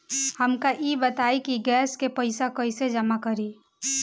हमका ई बताई कि गैस के पइसा कईसे जमा करी?